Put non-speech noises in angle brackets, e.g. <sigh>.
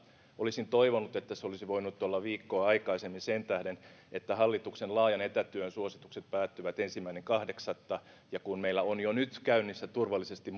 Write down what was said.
olisin toivonut että se olisi voinut olla viikkoa aikaisemmin sen tähden että hallituksen laajan etätyön suositukset päättyvät ensimmäinen kahdeksatta ja kun meillä on jo nyt käynnissä turvallisesti <unintelligible>